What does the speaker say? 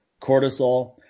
cortisol